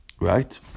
right